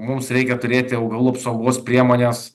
mums reikia turėti augalų apsaugos priemones